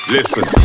Listen